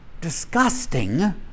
disgusting